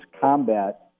Combat